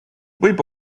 võib